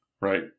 right